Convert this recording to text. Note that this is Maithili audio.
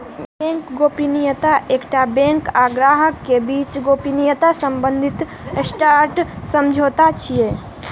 बैंक गोपनीयता एकटा बैंक आ ग्राहक के बीच गोपनीयता संबंधी सशर्त समझौता होइ छै